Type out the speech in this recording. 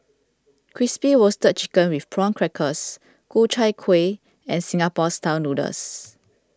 Crispy Roasted Chicken with Prawn Crackers Ku Chai Kueh and Singapore Style Noodles